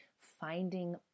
finding